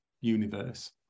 universe